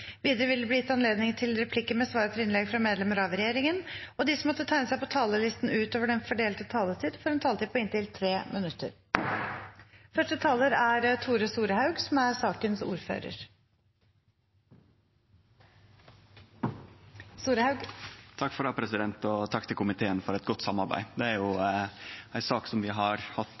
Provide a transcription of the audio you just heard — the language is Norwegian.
Videre vil det bli gitt anledning til replikker med svar etter innlegg fra medlemmer av regjeringen, og de som måtte tegne seg på talerlisten utover den fordelte taletid, får en taletid på inntil 3 minutter. Takk til komiteen for eit godt samarbeid. Dette er jo ei sak som vi har fått mindre tid enn vanleg til å behandle, men vi meiner likevel at vi har fått til ei innstilling som